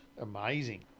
Amazing